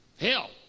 Hell